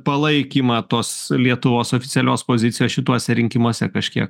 palaikymą tos lietuvos oficialios pozicijos šituose rinkimuose kažkiek